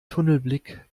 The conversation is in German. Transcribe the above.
tunnelblick